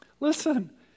Listen